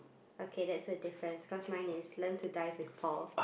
okay that's a difference cause mine is learn to dive with Paul